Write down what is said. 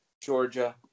Georgia